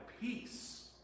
peace